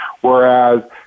Whereas